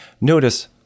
Notice